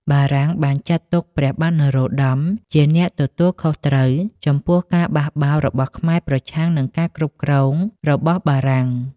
បារាំងបានចាត់ទុកព្រះបាទនរោត្តមជាអ្នកទទួលខុសត្រូវចំពោះការបះបោររបស់ខ្មែរប្រឆាំងនឹងការគ្រប់គ្រងរបស់បារាំង។